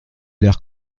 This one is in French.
l’air